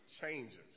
changes